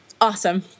Awesome